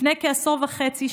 לפני כעשור וחצי,